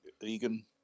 Egan